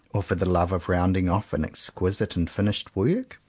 or for the love of rounding off an exquisite and finished work.